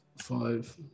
five